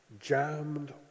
jammed